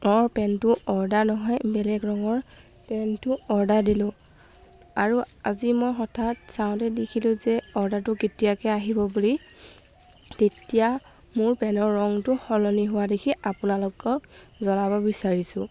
অঁ পেণ্টটো অৰ্ডাৰ নহয় বেলেগ ৰঙৰ পেণ্টটো অৰ্ডাৰ দিলোঁ আৰু আজি মই হঠাৎ চাওঁতে দেখিলোঁ যে অৰ্ডাৰটো কেতিয়াকৈ আহিব বুলি তেতিয়া মোৰ পেণ্টৰ ৰংটো সলনি হোৱা দেখি আপোনালোকক জনাব বিচাৰিছোঁ